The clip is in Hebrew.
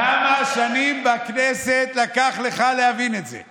כמה שנים בכנסת לקח לך להבין את זה,